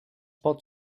pot